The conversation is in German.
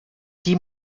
die